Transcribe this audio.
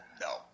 no